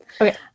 Okay